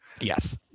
yes